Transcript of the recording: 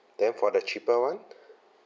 then for the cheaper [one]